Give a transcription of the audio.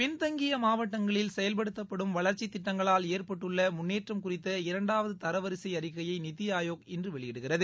பின்தங்கிய மாவட்டங்களில் செயல்படுத்தப்படும் வளா்ச்சித் திட்டங்களால் ஏற்பட்டுள்ள முன்னேற்றம் குறித்த இரண்டாவது தரவரிசை அறிக்கையை நித்தி ஆயோக் இன்று வெளியிடுகிறது